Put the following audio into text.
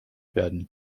werden